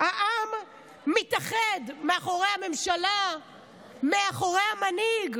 העם מתאחד מאחורי הממשלה, מאחורי המנהיג.